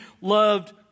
loved